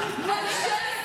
בבקשה.